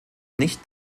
nicht